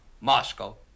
Moscow